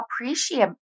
appreciate